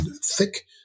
thick